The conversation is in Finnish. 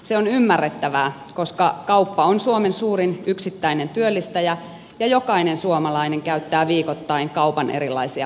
se on ymmärrettävää koska kauppa on suomen suurin yksittäinen työllistäjä ja jokainen suomalainen käyttää viikoittain kaupan erilaisia palveluita